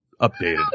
updated